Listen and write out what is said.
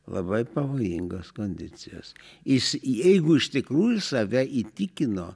labai pavojingos kondicijos jis jeigu iš tikrųjų save įtikino